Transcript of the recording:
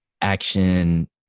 action